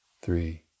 three